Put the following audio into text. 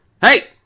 Hey